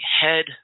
head